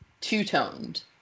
two-toned